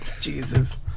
Jesus